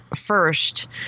first